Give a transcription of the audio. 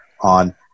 on